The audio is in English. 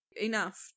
enough